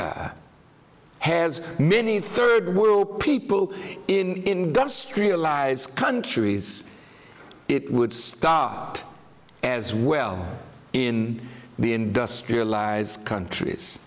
has many third world people in industrialised countries it would start as well in the industrialized countries